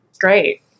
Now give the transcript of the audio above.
great